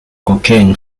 cocaine